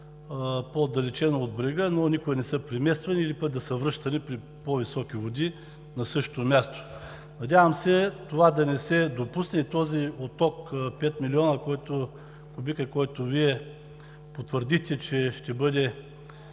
по-отдалечена от брега, но никога не са премествани или пък да са връщани в по-високи води на същото място. Надявам се това да не се допусне – този отток от 5 милиона кубика, който Вие потвърдихте, че ще бъде